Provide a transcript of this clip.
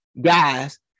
guys